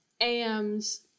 AM's